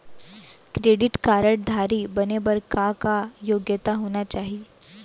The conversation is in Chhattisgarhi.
क्रेडिट कारड धारी बने बर का का योग्यता होना चाही?